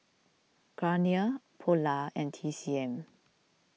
Garnier Polar and T C M